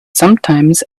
sometimes